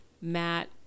matt